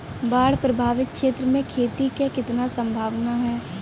बाढ़ प्रभावित क्षेत्र में खेती क कितना सम्भावना हैं?